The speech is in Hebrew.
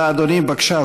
בבקשה,